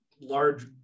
large